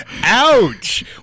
Ouch